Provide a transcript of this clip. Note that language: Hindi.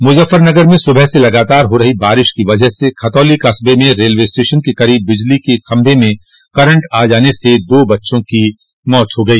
मुजफ्फरनगर में सुबह से लगातार हो रही बारिश की वजह से खतौली कस्बे में रेलवे स्टेशन के करीब बिजली के खम्भे में करंट आ जाने से दो बच्चों की मौत हो गई